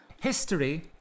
history